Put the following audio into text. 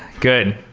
good.